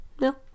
no